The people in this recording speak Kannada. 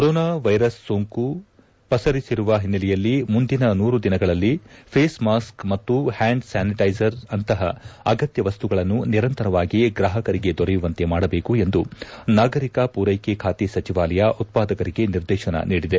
ಕೊರೋನಾ ವೈರಸ್ ಸೋಂಕು ಪಸರಿಸಿರುವ ಹಿನ್ನೆಲೆಯಲ್ಲಿ ಮುಂದಿನ ನೂರು ದಿನಗಳಲ್ಲಿ ಫೇಸ್ ಮಾಸ್ಕ್ ಮತ್ತು ಪ್ಕಾಂಡ್ ಸ್ಥಾನಿಟೈಸರ್ ಅಂತಹ ಅಗತ್ತ ವಸ್ತುಗಳನ್ನು ನಿರಂತರವಾಗಿ ಗ್ರಾಪಕರಿಗೆ ದೊರೆಯುವಂತೆ ಮಾಡಬೇಕು ಎಂದು ನಾಗರಿಕ ಪೂರೈಕೆ ಖಾತೆ ಸಚಿವಾಲಯ ಉತ್ಪಾದಕರಿಗೆ ನಿರ್ದೇಶನ ನೀಡಿದೆ